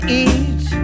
eat